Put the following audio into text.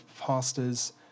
pastors